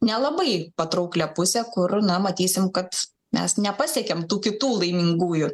nelabai patrauklią pusę kur na matysim kad mes nepasiekėm tų kitų laimingųjų